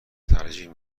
ترجیح